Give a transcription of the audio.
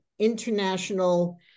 international